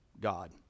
God